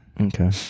Okay